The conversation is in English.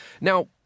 Now